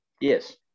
Yes